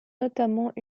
notamment